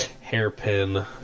hairpin